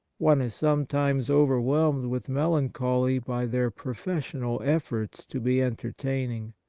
one is sometimes overwhelmed with melancholy by their professional efforts to be entertaining.